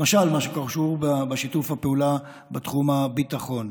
למשל, מה שקשור בשיתוף הפעולה בתחום הביטחון.